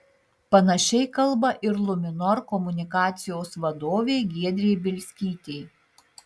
panašiai kalba ir luminor komunikacijos vadovė giedrė bielskytė